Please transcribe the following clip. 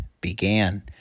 began